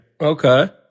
Okay